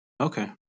Okay